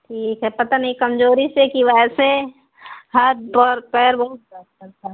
ठीक है पता नहीं कमज़ोरी से कि वैसे हाथ वाथ पैर बहुत दर्द करता है